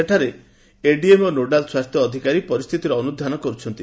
ସେଠାରେ ଏଡିଏମ୍ ଓ ନୋଡାଲ୍ ସ୍ୱାସ୍ଥ୍ୟ ଅଧିକାରୀ ପରିସ୍ଚିତିର ଅନୁଧ୍ଧାନ କରୁଛନ୍ତି